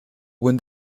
when